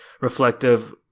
reflective